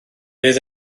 fydd